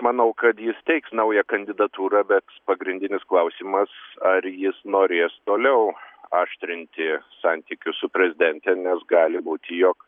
manau kad jis teiks naują kandidatūrą bet pagrindinis klausimas ar jis norės toliau aštrinti santykius su prezidente nes gali būti jog